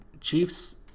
Chiefs